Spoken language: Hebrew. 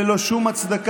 מראש הממשלה